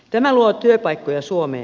tämä luo työpaikkoja suomeen